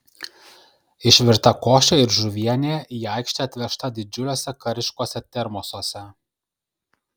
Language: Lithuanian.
išvirta košė ir žuvienė į aikštę atvežta didžiuliuose kariškuose termosuose